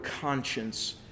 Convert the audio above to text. conscience